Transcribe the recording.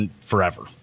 forever